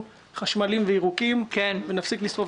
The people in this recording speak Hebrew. חשמליים וירוקים ונפסיק לשרוף דלקים.